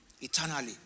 eternally